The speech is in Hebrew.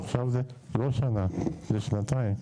עכשיו זה לא שנה, זה שנתיים.